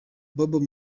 bob